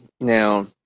now